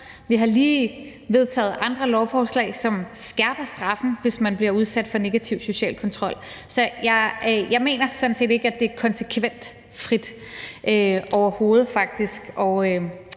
vi har lige vedtaget andre lovforslag, som skærper straffen, hvis man udsætter nogen for negativ social kontrol. Så jeg mener sådan set ikke, at det er uden konsekvenser, overhovedet faktisk,